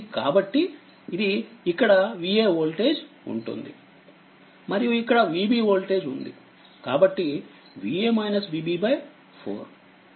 కాబట్టిఇది ఇక్కడ Va voltage ఉంటుందిమరియుఇక్కడ Vb ఓల్టేజ్ ఉంది కాబట్టి Va-Vb4